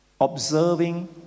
observing